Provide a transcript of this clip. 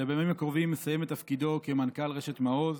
שבימים הקרובים מסיים את תפקידו כמנכ"ל רשת מעוז